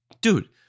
Dude